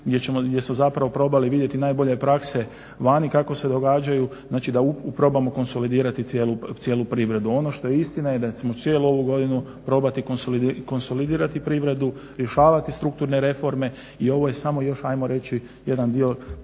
gdje smo zapravo probali vidjeti najbolje prakse vani kako se događaju. Znači, da probamo konsolidirati cijelu privredu. Ono što je istina je da ćemo cijelu ovu godinu probati konsolidirati privredu, rješavati strukturne reforme i ovo je samo još ajmo reći jedan dio